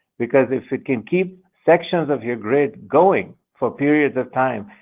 because if it can keep sections of your grid going for periods of time,